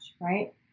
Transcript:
right